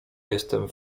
jestem